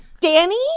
Danny